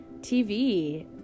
TV